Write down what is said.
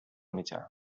mitjà